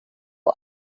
men